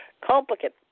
complicated